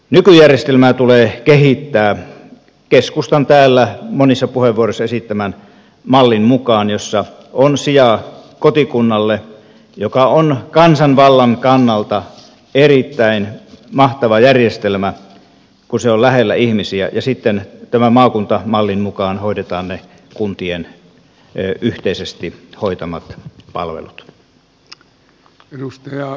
nykyjärjestelmää tulee kehittää keskustan täällä monissa puheenvuoroissa esittämän mallin mukaan jossa on sijaa kotikunnalle se on kansanvallan kannalta erittäin mahtava järjestelmä kun se on lähellä ihmisiä ja sitten tämän maakuntamallin mukaan hoidetaan ne kuntien yhteisesti hoitamat palvelut